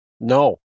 No